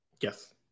Yes